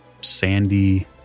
sandy